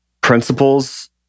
Principles